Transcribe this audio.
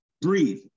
Breathe